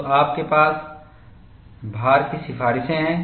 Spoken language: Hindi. तो आपके पास भार की सिफारिशें हैं